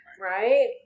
right